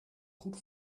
goed